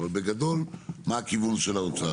אבל בגדול מה הכיוון של האוצר?